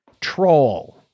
troll